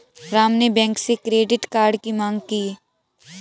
राम ने बैंक से credit card की माँग की